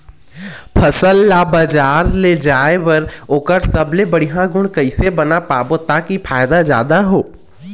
फसल ला बजार ले जाए बार ओकर सबले बढ़िया गुण कैसे बना पाबो ताकि फायदा जादा हो?